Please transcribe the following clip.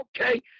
Okay